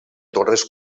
torres